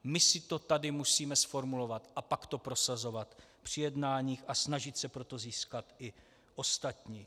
My si to tady musíme zformulovat a pak to prosazovat při jednáních a snažit se pro to získat i ostatní.